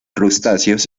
crustáceos